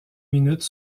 minute